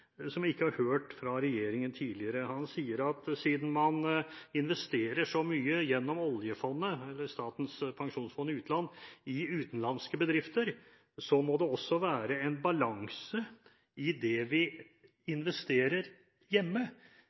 som jeg ikke har hørt fra regjeringen tidligere. Han sier at siden man investerer så mye gjennom oljefondet, eller Statens pensjonsfond utland, i utenlandske bedrifter, må det også være en balanse i det vi investerer hjemme.